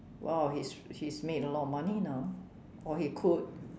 !wow! he's he's made a lot of money now or he could